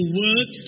work